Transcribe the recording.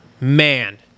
man